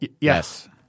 Yes